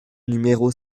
numéro